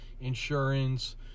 insurance